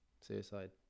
suicide